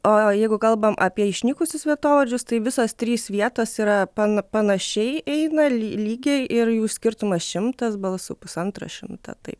o jeigu kalbam apie išnykusius vietovardžius tai visos trys vietos yra pan panašiai eina lygiai ir jų skirtumas šimtas balsų pusantro šimto tai